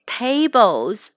tables